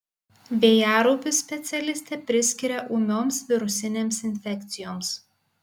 vėjaraupius specialistė priskiria ūmioms virusinėms infekcijoms